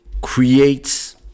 creates